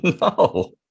no